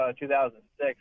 2006